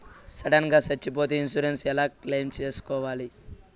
Sudden గా సచ్చిపోతే insurance ఎలా క్లెయిమ్ సేసుకోవాలి?